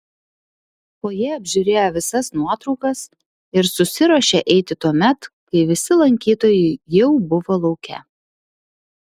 fojė apžiūrėjo visas nuotraukas ir susiruošė eiti tuomet kai visi lankytojai jau buvo lauke